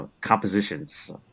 compositions